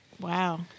Wow